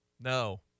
no